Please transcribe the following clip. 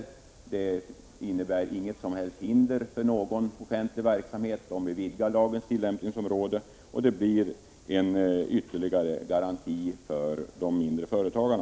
Det innebär inget som helst hinder för någon offentlig verksamhet om vi vidgar lagens tillämpningsområde, och det blir en ytterligare garanti för de mindre företagen.